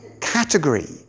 category